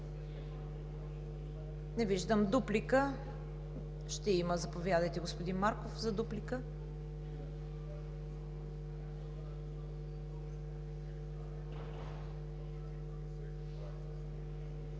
Не виждам. Дуплика? Ще има. Заповядайте, господин Марков, за дуплика.